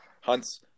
Hunt's